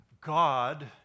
God